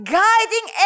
guiding